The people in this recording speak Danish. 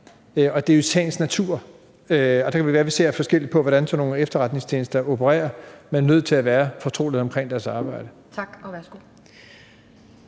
Det er jo i sagens natur – og så kan det være, vi ser forskelligt på, hvordan sådan nogle efterretningstjenester opererer – sådan, at der er nødt til at være fortrolighed omkring deres arbejde. Kl.